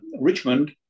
Richmond